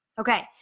Okay